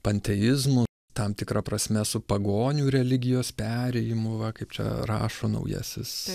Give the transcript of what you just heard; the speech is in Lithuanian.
panteizmu tam tikra prasme su pagonių religijos perėjimu va kaip čia rašo naujasis